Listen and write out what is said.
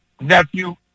nephew